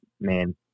man